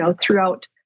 throughout